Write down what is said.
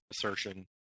assertion